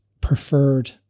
preferred